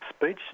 speech